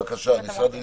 בבקשה, משרד המשפטים.